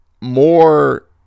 more